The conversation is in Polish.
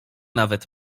nawet